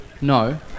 No